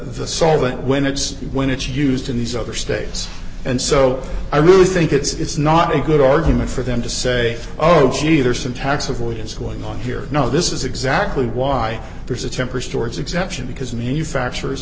the solvent when it's when it's used in these other states and so i really think it's not a good argument for them to say oh gee there's some tax avoidance going on here no this is exactly why there's a temper stores exemption because new facture